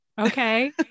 okay